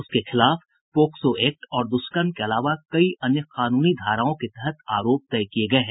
उसके खिलाफ POCSO act और दुष्कर्म के अलावा कई अन्य कानूनी धाराओ के तहत आरोप तय किये गये हैं